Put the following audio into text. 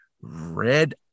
red